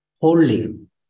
holding